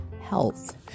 health